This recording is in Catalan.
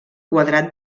quadrat